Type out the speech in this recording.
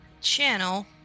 channel